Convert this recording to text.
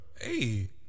Hey